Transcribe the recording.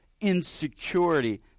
Insecurity